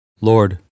Lord